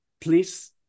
please